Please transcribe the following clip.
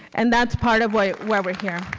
and that's part of why why we're here.